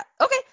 Okay